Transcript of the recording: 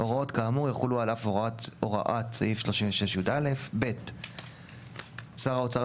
הוראות כאמור יחולו על אף הוראת סעיף 36יא. שר האוצר,